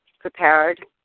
prepared